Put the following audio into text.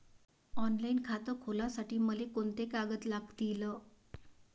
Online खातं खोलासाठी मले कोंते कागद लागतील?